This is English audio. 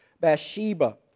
Bathsheba